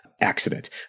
accident